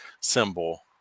symbol